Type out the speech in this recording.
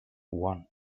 one